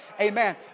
Amen